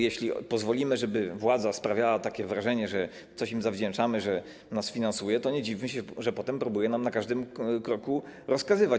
Jeśli pozwolimy, żeby władza sprawiała wrażenie, że coś jej zawdzięczamy, że nas finansuje, to nie dziwmy się, że potem spróbuje nam na każdym kroku rozkazywać.